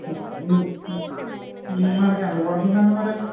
మనకి ఎంత పడుతుంది అండీ మరి